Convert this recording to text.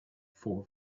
for